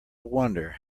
wonder